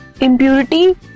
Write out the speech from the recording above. impurity